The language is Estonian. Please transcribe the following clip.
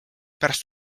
pärast